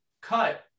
cut